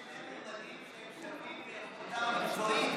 השר,